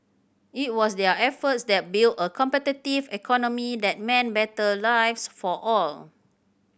it was their efforts that built a competitive economy that meant better lives for all